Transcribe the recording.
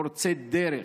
פורצי דרך,